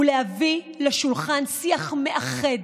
הוא להביא לשולחן שיח מאחד,